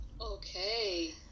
Okay